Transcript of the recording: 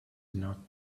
not